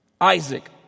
Isaac